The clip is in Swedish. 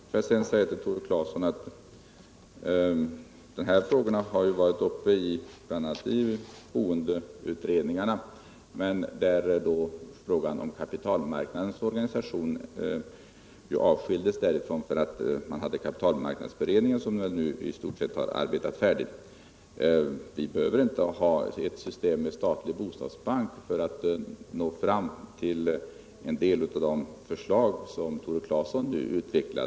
Till Tore Claeson vill jag säga att finansieringssystemet har varit uppe i boendeutredningarnas arbete. Men frågan om kapitalmarknadens organisation avskildes därför att kapitalmarknadsberedningen, som nu i stort sett har arbetat färdigt, hade att behandla den. Vi behöver inte ha ett system med statlig bostadsbank för att nå fram till en delav de förslag som Tore Claeson här har utvecklat.